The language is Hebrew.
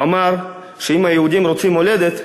הוא אמר שאם היהודים רוצים מולדת,